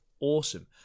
awesome